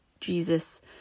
Jesus